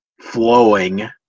flowing